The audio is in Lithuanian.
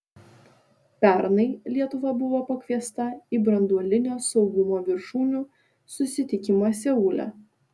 pernai lietuva buvo pakviesta į branduolinio saugumo viršūnių susitikimą seule